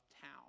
town